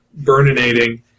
burninating